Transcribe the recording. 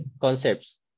concepts